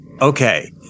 Okay